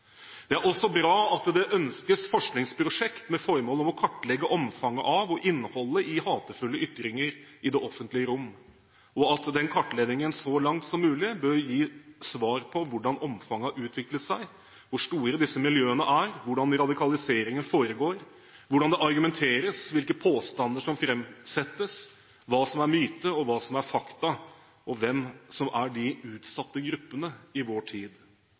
Det er også bra at det ønskes forskningsprosjekt med formål om å kartlegge omfanget av og innholdet i hatefulle ytringer i det offentlige rom. Den kartleggingen bør, så langt som mulig, gi svar på hvordan omfanget har utviklet seg, hvor store disse miljøene er, hvordan radikaliseringen foregår, hvordan det argumenteres, hvilke påstander som framsettes, hva som er myte, hva som er fakta og hvem som er de utsatte gruppene i vår tid.